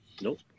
Nope